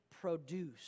produce